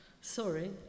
Sorry